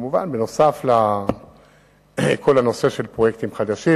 כמובן נוסף על כל הנושא של פרויקטים חדשים,